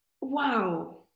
wow